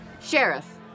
Sheriff